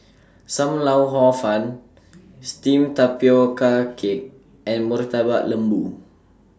SAM Lau Hor Fun Steamed Tapioca Cake and Murtabak Lembu